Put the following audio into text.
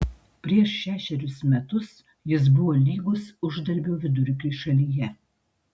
prieš šešerius metus jis buvo lygus uždarbio vidurkiui šalyje